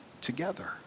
together